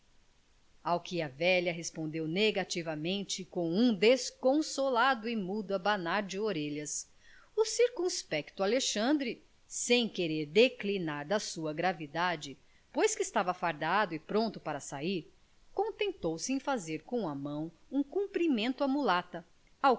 ao que a velha respondeu negativamente com um desconsolado e mudo abanar de orelhas o circunspecto alexandre sem querer declinar da sua gravidade pois que estava fardado e pronto para sair contentou-se em fazer com a mão um cumprimento à mulata